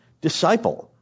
disciple